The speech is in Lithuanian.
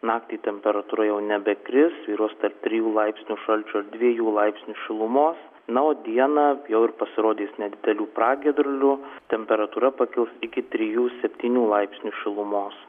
naktį temperatūra jau nebekris svyruos tarp trijų laipsnių šalčio dviejų laipsnius šilumos na o dieną jau ir pasirodys nedidelių pragiedrulių temperatūra pakils iki trijų septynių laipsnių šilumos